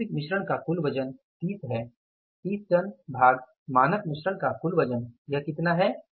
वास्तविक मिश्रण का कुल वजन 30 है 30 टन भाग मानक मिश्रण का कुल वजन यह कितना है